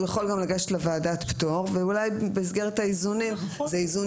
הוא יכול גם לגשת לוועדת פטור ואולי במסגרת האיזונים זה איזון